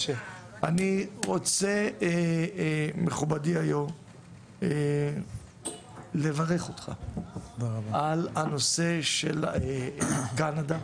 אני רוצה מכובדי היו"ר לברך אותך על הנושא של קנדה,